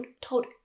told